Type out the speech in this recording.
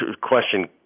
question